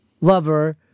lover